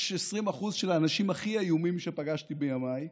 יש 20% של האנשים הכי איומים שפגשתי בימיי,